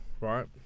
right